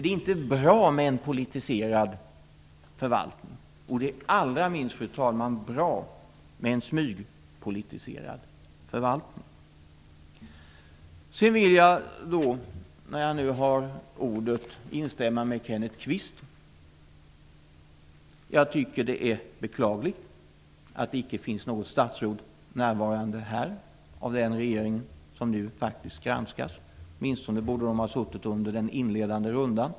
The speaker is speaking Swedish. Det är inte bra med en politiserad förvaltning, och det är allra minst, fru talman, bra med en smygpolitiserad förvaltning. När jag nu har ordet vill jag instämma med Kenneth Kvist. Jag tycker att det är beklagligt att det icke finns något statsråd närvarande här från den regering som nu granskas. Åtminstone borde de ha suttit här under den inledande rundan.